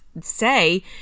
say